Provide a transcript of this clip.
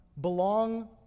belong